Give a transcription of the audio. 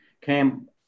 Cam